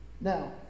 Now